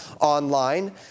online